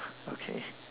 okay